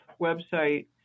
website